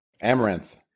Amaranth